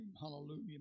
Hallelujah